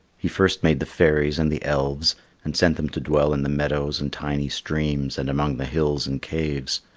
he first made the fairies and the elves, and sent them to dwell in the meadows and tiny streams and among the hills and caves.